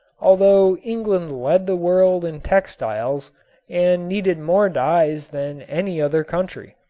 although england led the world in textiles and needed more dyes than any other country.